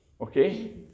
okay